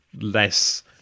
less